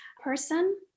person